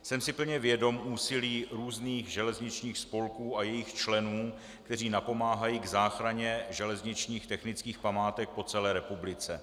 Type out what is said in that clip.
Jsem si plně vědom úsilí různých železničních spolků a jejich členů, kteří napomáhají k záchraně železničních technických památek po celé republice.